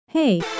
Hey